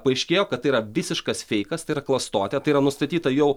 paaiškėjo kad tai yra visiškas feikas tai yra klastotė tai yra nustatyta jau